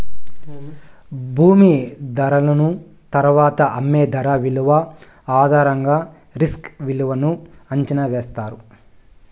భూమి ధరను తరువాత అమ్మే ధర విలువ ఆధారంగా రిస్క్ విలువను అంచనా ఎత్తారు